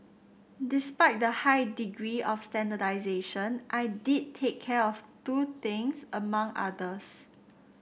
despite the high degree of standardisation I did take care of two things among others